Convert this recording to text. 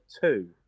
two